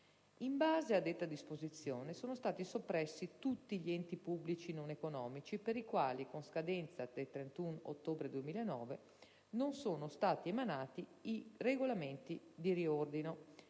In base a detta disposizione sono stati soppressi tutti gli enti pubblici non economici per i quali, alla scadenza del 31 ottobre 2009, non sono stati emanati i regolamenti di riordino,